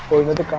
over the